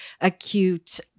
acute